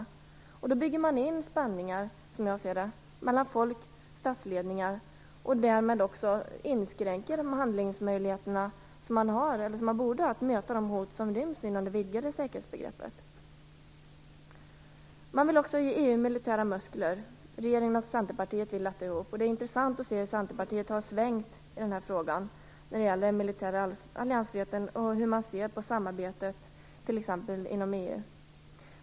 Som jag ser det bygger man då in spänningar mellan både folk och statsledningar, och därmed inskränks de handlingsmöjligheter man borde ha för att möta de hot som ryms inom det vidgade säkerhetsbegreppet. Regeringen och Centerpartiet vill också ge EU militära muskler. Det är intressant att se hur Centerpartiet har svängt i frågan om den militära alliansfriheten och samarbetet inom t.ex. EU.